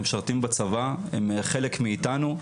הם משרתים בצבא, הם חלק מאתנו.